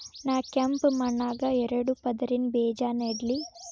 ನಾ ಕೆಂಪ್ ಮಣ್ಣಾಗ ಎರಡು ಪದರಿನ ಬೇಜಾ ನೆಡ್ಲಿ?